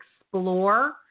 explore